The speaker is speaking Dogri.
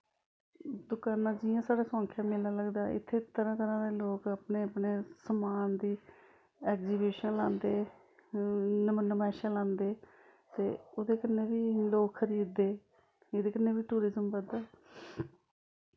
दुकानां जि'यां साढ़े सोआंखे मेला लगदा इत्थें तरह् तरह् दे लोग अपने अपने समान दी ऐगजीबिशन लांदे नम नमैशां लांदे ते ओह्दे कन्नै बी लोग खरीद दे एह्दे कन्नै बी टूरिजम बद्ध दा